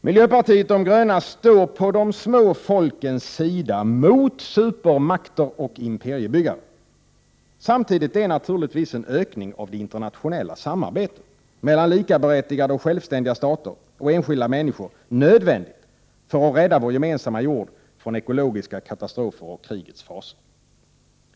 Miljöpartiet de gröna står på de små folkens sida mot supermakter och imperiebyggare. Samtidigt är naturligtvis en ökning av det internationella samarbetet mellan likaberättigade och självständiga stater och enskilda människor nödvändig för att rädda vår gemensamma jord från ekologiska katastrofer och krigets fasor.